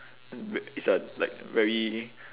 it's a like very